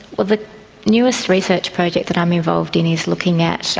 ah the newest research project that i'm involved in is looking at so